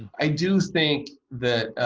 i do think that